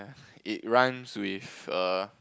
it rhymes with err